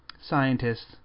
scientists